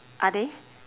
are they